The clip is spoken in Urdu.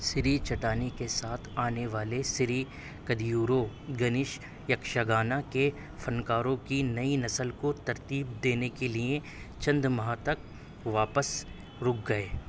سری چٹانی کے ساتھ آنے والے سری کدیورو گنش یکشہ گانا کے فنکاروں کی نئی نسل کو ترتیت دینے کے لیے چند ماہ تک واپس رُک گئے